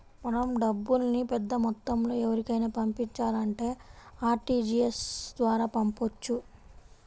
మనం డబ్బుల్ని పెద్దమొత్తంలో ఎవరికైనా పంపించాలంటే ఆర్టీజీయస్ ద్వారా పంపొచ్చు